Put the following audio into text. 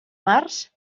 març